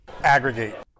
Aggregate